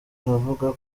avuga